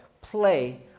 play